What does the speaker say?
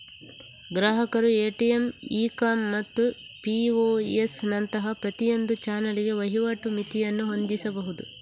ಗ್ರಾಹಕರು ATM, e com ಮತ್ತು POS ನಂತಹ ಪ್ರತಿಯೊಂದು ಚಾನಲಿಗೆ ವಹಿವಾಟು ಮಿತಿಯನ್ನು ಹೊಂದಿಸಬಹುದು